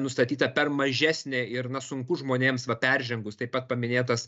nustatyta per mažesnė ir na sunku žmonėms va peržengus taip pat paminėtas